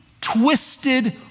twisted